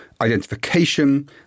identification